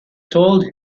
told